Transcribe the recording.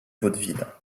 vaudeville